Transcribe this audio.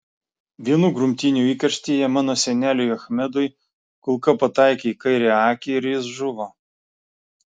vienų grumtynių įkarštyje mano seneliui achmedui kulka pataikė į kairę akį ir jis žuvo